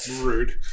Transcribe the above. Rude